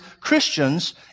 Christians